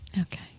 Okay